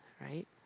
right